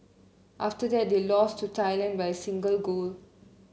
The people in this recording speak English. after that they lost to Thailand by a single goal